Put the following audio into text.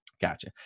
Gotcha